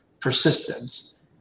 persistence